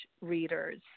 readers